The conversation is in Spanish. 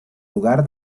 lugar